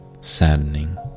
saddening